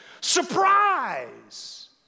Surprise